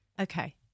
Okay